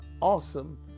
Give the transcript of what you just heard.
awesome